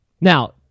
Now